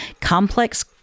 complex